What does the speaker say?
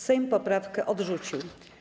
Sejm poprawkę odrzucił.